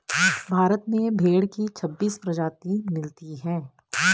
भारत में भेड़ की छब्बीस प्रजाति मिलती है